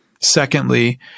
Secondly